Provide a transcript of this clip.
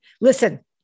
listen